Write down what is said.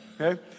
Okay